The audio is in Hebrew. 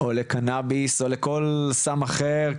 או לקנביס או לכל סם אחר,